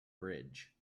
bridge